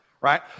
right